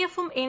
എഫും എൻ